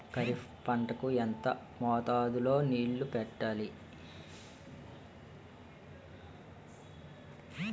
ఖరిఫ్ పంట కు ఎంత మోతాదులో నీళ్ళని పెట్టాలి?